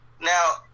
Now